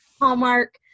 Hallmark